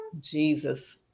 Jesus